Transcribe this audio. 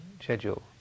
schedule